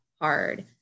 hard